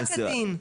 כדין.